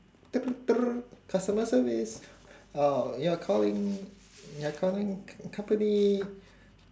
customer service oh you're calling you're calling co~ company